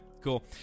cool